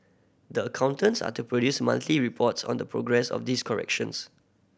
the accountants are to produce monthly reports on the progress of these corrections